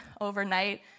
overnight